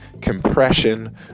compression